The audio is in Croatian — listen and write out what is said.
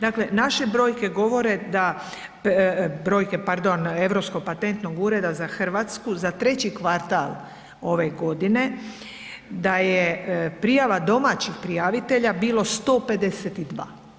Dakle naše brojke govore da, brojke, pardon, Europskog patentnog ureda za Hrvatsku za treći kvartal ove godine da je prijava domaćih prijavitelja bilo 152.